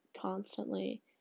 constantly